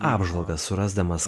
apžvalgas surasdamas